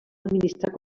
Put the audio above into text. administrar